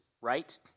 right